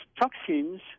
toxins